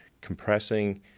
compressing